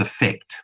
effect